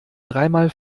dreimal